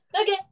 okay